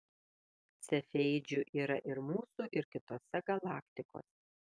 cefeidžių yra ir mūsų ir kitose galaktikose